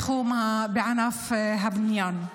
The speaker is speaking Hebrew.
בתחום ענף הבניין,